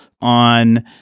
on